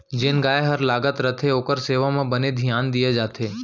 जेन गाय हर लागत रथे ओकर सेवा म बने धियान दिये जाथे